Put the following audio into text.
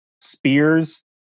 spears